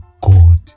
god